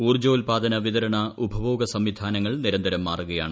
ഊർജ്ജോല്പാദന വിതരണ ഉപഭോഗ സംവിധാനങ്ങൾ നിരന്തരം മാറുകയാണ്